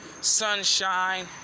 sunshine